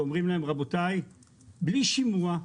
בלי שימוע,